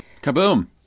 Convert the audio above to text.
Kaboom